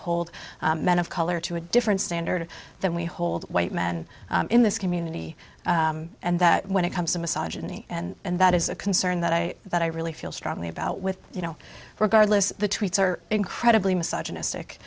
hold men of color to a different standard than we hold white men in this community and that when it comes to massage and that is a concern that i that i really feel strongly about with you know regardless the tweets are incredibly massage mystic